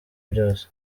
byose